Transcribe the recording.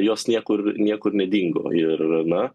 jos niekur niekur nedingo ir na